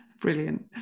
brilliant